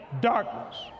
Darkness